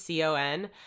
con